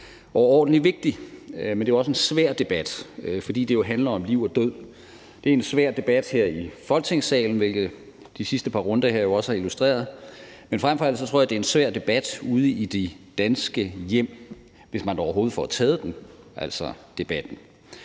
er overordentlig vigtig, men det er også en svær debat, fordi det jo handler om liv og død. Det er en svær debat her i Folketingssalen, hvilket de sidste par runder her jo også har illustreret. Men fremfor alt tror jeg, at det er en svær debat ude i de danske hjem, hvis man da overhovedet får taget debatten.